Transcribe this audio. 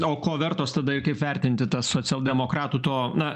o ko vertos tada ir kaip vertinti tą socialdemokratų to na